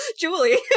Julie